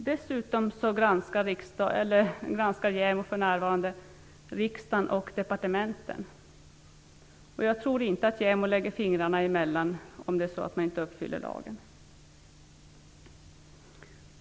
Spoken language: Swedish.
Dessutom granskar JämO för närvarande riksdagen och departementen. Jag tror inte att JämO lägger fingrarna emellan om det är så att de inte uppfyller lagen.